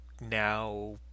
now